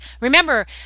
Remember